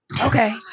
okay